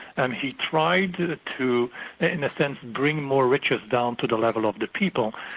and he tried and to in a sense, bring more riches down to the level of the people,